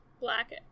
black